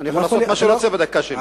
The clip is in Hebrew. אני יכול לעשות מה שאני רוצה בדקה שלי.